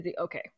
okay